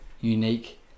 unique